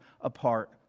apart